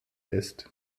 ist